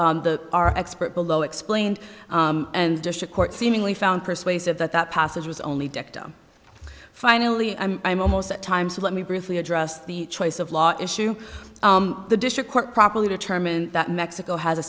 the our expert below explained and district court seemingly found persuasive that that passage was only dicta finally i'm i'm almost at time so let me briefly address the choice of law issue the district court properly determined that mexico has a